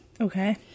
Okay